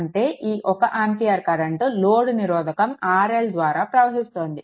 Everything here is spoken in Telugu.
అంటే ఈ 1 ఆంపియర్ కరెంట్ లోడ్ నిరోధకం RL ద్వారా ప్రవహిస్తోంది